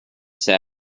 said